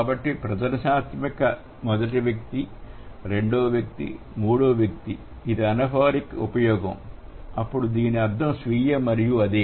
కాబట్టి ప్రదర్శనాత్మక మొదటి వ్యక్తి రెండవ వ్యక్తి మూడవ వ్యక్తి ఇది అనాఫోరిక్ ఉపయోగం అప్పుడు దీని అర్థం స్వీయ మరియు అదే